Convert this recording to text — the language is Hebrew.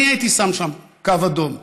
אני הייתי שם קו אדום שם.